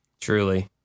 Truly